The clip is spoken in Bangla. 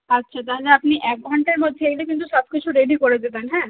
আচ্ছা তাহলে আপনি এক ঘন্টার মধ্যে এইটা কিন্তু সব কিছু রেডি করে দেবেন হ্যাঁ